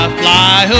fly